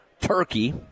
turkey